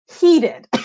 heated